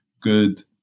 good